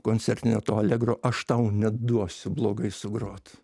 koncertinio to allegro aš tau neduosiu blogai sugrot